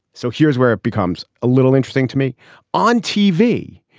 so here's where it becomes a little interesting to me on tv,